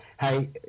hey